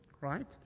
Right